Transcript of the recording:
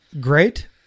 great